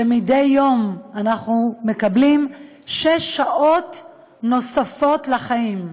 שמדי יום אנחנו מקבלים שש שעות נוספות לחיים,